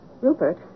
Rupert